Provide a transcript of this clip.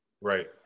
Right